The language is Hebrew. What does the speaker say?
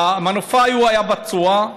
המנופאי ההוא היה פצוע.